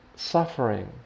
suffering